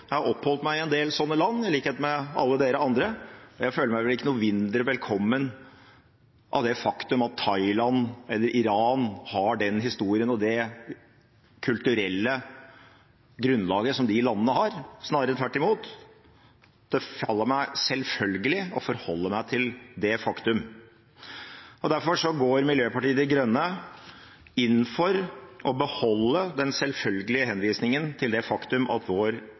Jeg har oppholdt meg i en del sånne land, i likhet med alle dere andre, og jeg føler meg ikke noe mindre velkommen av det faktum at Thailand eller Iran har den historien og det kulturelle grunnlaget som de landene har – snarere tvert imot. Det faller meg selvfølgelig å forholde meg til det faktum. Derfor går Miljøpartiet De Grønne inn for å beholde den selvfølgelige henvisningen til det faktum at